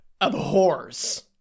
abhors